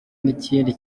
n’ikindi